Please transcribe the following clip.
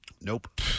Nope